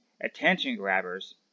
attention-grabbers